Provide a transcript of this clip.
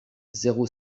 zéro